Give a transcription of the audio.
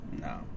No